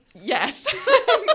yes